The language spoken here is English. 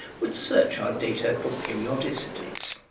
would search our data for periodicities.